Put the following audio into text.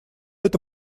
эта